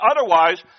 Otherwise